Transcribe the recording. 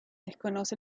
desconoce